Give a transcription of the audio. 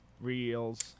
Reels